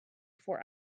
four